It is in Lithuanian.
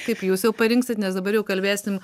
kaip jūs jau parinksit nes dabar jau kalbėsim